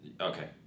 Okay